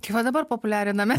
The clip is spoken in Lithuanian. tai va dabar populiariname